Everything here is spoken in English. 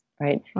right